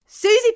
Susie